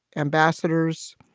ambassadors.